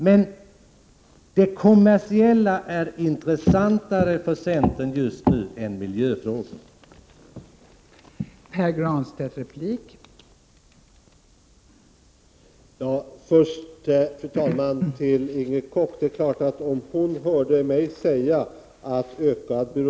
Men det kommersiella är just nu intressantare än miljöfrågor för centern.